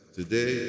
Today